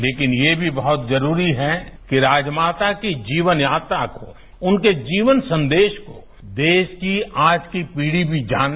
लेकिन यह भी बहुत जरूरी है कि राजमाता की जीवन यात्रा को उनके जीवन संदेश को देश की आज की पीड़ी भी जाने